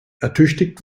ertüchtigt